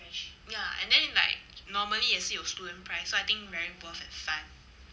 ya and then it's like normally 也是有 student price so I think it's very worth the fun